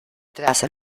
tras